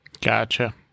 Gotcha